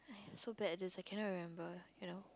so bad at this I cannot remember you know